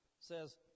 says